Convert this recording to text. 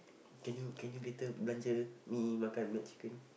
can you can you later belanja me makan McChicken